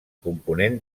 component